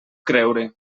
creure